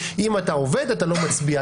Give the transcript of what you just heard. אם אתה עובד אתה לא מצביע,